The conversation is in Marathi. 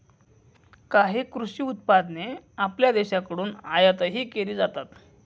काही कृषी उत्पादने आपल्या देशाकडून आयातही केली जातात